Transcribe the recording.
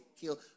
kill